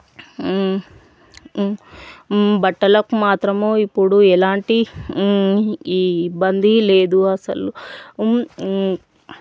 బట్టలకు మాత్రము ఇప్పుడు ఎలాంటి ఈ ఇబ్బందీ లేదు అసలు ఉ